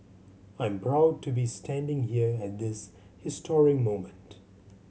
I'm proud to be standing here at this historic moment